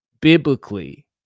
biblically